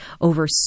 over